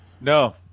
No